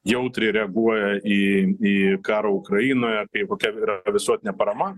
jautriai reaguoja į į karą ukrainoje bei kokia yra visuotinė parama